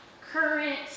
current